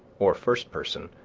or first person,